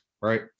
Right